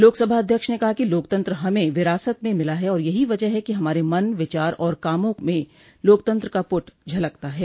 लोकसभाध्यक्ष ने कहा कि लोकतंत्र हमें विरासत में मिला है और यही वजह है कि हमारे मन विचार और कामों में लोकतंत्र का पुट झलकता है